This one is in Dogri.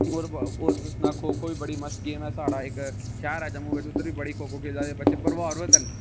और तुस आक्खो खो खो बड़ी मस्त गेम ऐ साढ़ा इक शैहर ऐ जम्मू बिच उद्धर बी बड़ी खो खो खेली जंदी बच्चे प्रभाबित ना